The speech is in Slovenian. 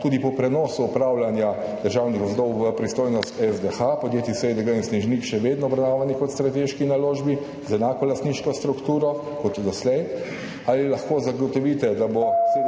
tudi po prenosu upravljanja državnih gozdov v pristojnost SDH podjetji SiDG in Snežnik še vedno obravnavani kot strateški naložbi z enako lastniško strukturo kot doslej? Ali lahko zagotovite, da bo